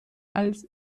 als